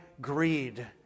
greed